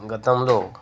గతంలో